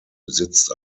besitzt